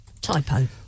Typo